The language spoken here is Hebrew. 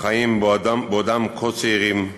החיים בעודם כה צעירים,